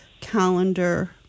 calendar